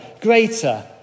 greater